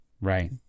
Right